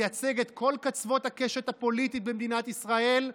לייצג את כל קצוות הקשת הפוליטית במדינת ישראל,